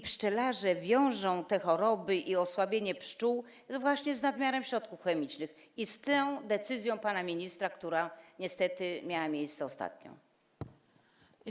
Pszczelarze wiążą te choroby i osłabienie pszczół właśnie z nadmiarem środków chemicznych i z tą decyzją pana ministra, która niestety miała ostatnio miejsce.